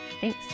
Thanks